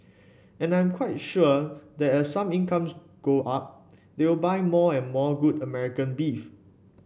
and I am quite sure that as some incomes go up they will buy more and more good American beef